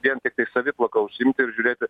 vien tiktai saviplaka užsiimti ir žiūrėti